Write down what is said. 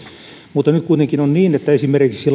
mutta nyt kuitenkin on niin että esimerkiksi